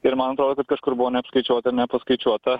ir man atrodo kažkur buvo neapskaičiuota nepaskaičiuota